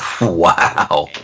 wow